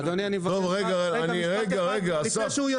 אדוני, משפט אחד לפני שהוא יוצא.